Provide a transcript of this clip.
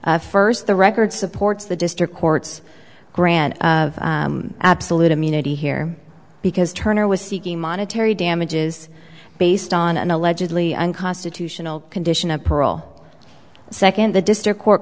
first the record supports the district court's grant absolute immunity here because turner was seeking monetary damages based on an allegedly unconstitutional condition of parole second the district court